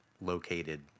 located